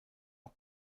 ont